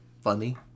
funny